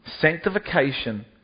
Sanctification